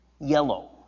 Yellow